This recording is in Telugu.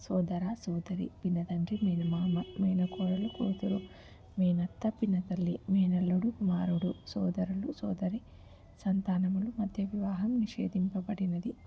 సోదర సోదరీ పినతండ్రి పిన్నమామ మేనకోడలు కూతురు మేనత్త పినతల్లి మేనల్లుడు కుమారుడు సోదరులు సోదరి సంతానములు మధ్య వివాహం నిషేధింపబడినది